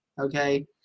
okay